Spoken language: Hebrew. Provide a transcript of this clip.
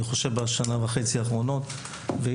בשנה וחצי אחרונות היו תהליכים.